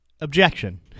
Objection